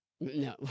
No